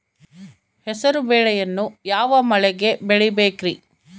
ಹೆಸರುಬೇಳೆಯನ್ನು ಯಾವ ಮಳೆಗೆ ಬೆಳಿಬೇಕ್ರಿ?